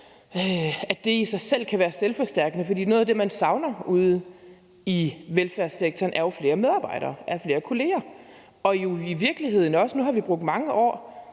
kan det i sig selv være selvforstærkende, for noget af det, man savner ude i velfærdssektoren, er jo flere medarbejdere, flere kolleger, og jo i virkeligheden også – nu har vi brugt mange år